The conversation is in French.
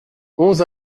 onze